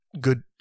good